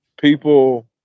people